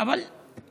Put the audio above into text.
חברי